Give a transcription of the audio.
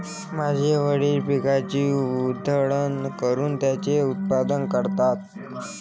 माझे वडील पिकाची उधळण करून त्याचे उत्पादन करतात